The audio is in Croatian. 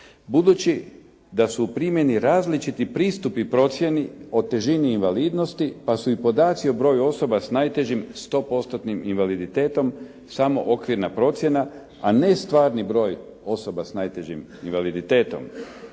budući da su u primjeni različiti pristupi procjeni o težini invalidnosti pa su i podaci o broju osoba s najtežim 100%-tnim invaliditetom samo okvirna procjena, a ne stvarni broj osoba s najtežim invaliditetom.